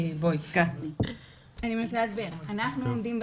אנחנו עומדים בסוף,